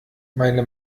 meine